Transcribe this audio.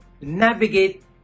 navigate